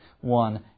one